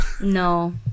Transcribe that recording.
no